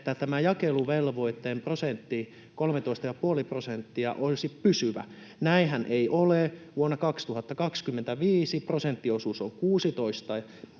että tämä jakeluvelvoitteen prosentti, 13,5 prosenttia, olisi pysyvä. Näinhän ei ole. Vuonna 2025 prosenttiosuus on 16,5 prosenttia,